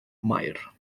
maer